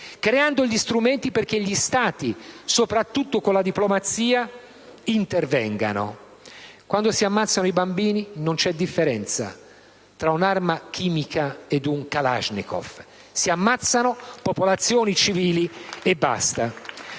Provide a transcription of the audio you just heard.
creando gli strumenti perché gli Stati intervengano, soprattutto con la diplomazia. Quando si ammazzano i bambini, non c'è differenza fra un'arma chimica ed un kalashnikov: si ammazzano popolazioni civili e basta.